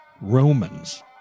Romans